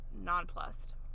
nonplussed